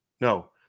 no